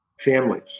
families